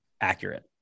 accurate